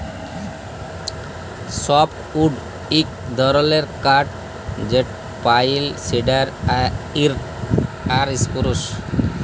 softwood ইক ধরলের কাঠ যেট পাইল, সিডার আর ইসপুরুস